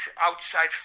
outside